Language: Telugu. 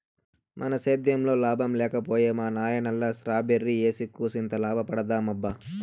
మన సేద్దెంలో లాభం లేక పోయే మా నాయనల్లె స్ట్రాబెర్రీ ఏసి కూసింత లాభపడదామబ్బా